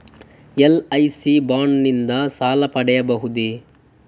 LIC bond ನಿಂದ ಸಾಲ ಪಡೆಯಬಹುದೇ?